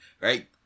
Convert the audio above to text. right